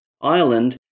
Ireland